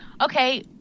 okay